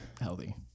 healthy